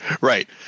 Right